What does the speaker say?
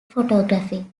photography